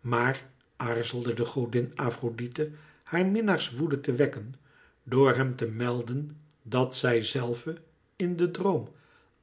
maar aarzelde de godin afrodite haar minnaars woede te wekken door hem te melden dat zij zelve in den droom